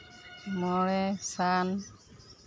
ᱢᱚᱬᱮ ᱥᱟᱱ